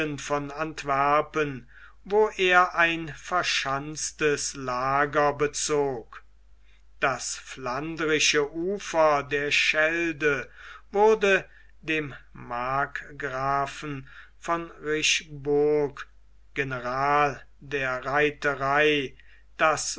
von antwerpen wo er ein verschanztes lager bezog das flandrische ufer der schelde wurde dem markgrafen von rysburg general der reiterei das